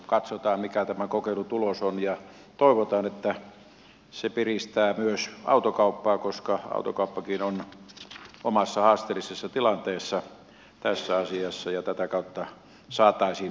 katsotaan mikä tämä kokeilun tulos on ja toivotaan että se piristää myös autokauppaa koska autokauppakin on omassa haasteellisessa tilanteessaan tässä asiassa ja tätä kautta saataisiin parannusta